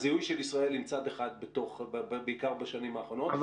הזיהוי של ישראל עם צד אחד בעיקר בשנים האחרונות.